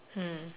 mm